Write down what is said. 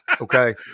okay